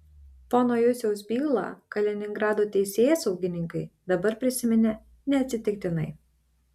pono juciaus bylą kaliningrado teisėsaugininkai dabar prisiminė neatsitiktinai